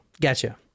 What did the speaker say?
Gotcha